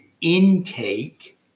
intake